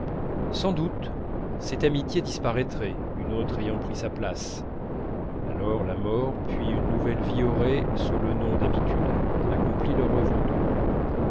sans doute cette amitié disparaîtrait une autre ayant pris sa place alors la mort puis une nouvelle vie auraient sous le nom d'habitude accompli leur œuvre double